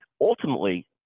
Ultimately